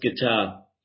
guitar